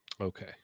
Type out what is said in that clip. Okay